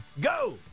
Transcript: Go